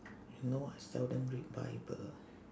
you know I seldom read bible